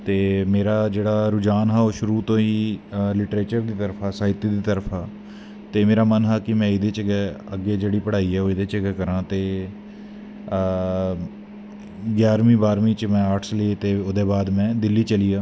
ते मेरा जेह्ड़ा रुज़ान हा ओह् शुरु तो ही लिट्रेचर दी तरफ हा साहित्य दी तरफ हा ते मेरा मन हा कि में एह्दे च गै अग्गैं जेह्ड़ी पढ़ाई एह्दे च गै करां ग्यारमीं बाह्रमीं च में आर्टस लेई ते ओह्दै बाद में दिल्ली चलिया